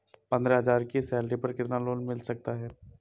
पंद्रह हज़ार की सैलरी पर कितना लोन मिल सकता है?